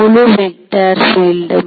முழு vector build